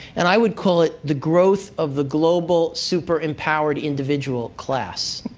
and i would call it the growth of the global, super-empowered, individual class.